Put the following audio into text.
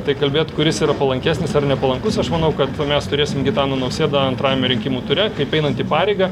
tai kalbėt kuris yra palankesnis ar nepalankus aš manau kad mes turėsim gitaną nausėdą antrajame rinkimų ture kaip einantį pareigą